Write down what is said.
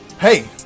Hey